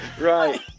right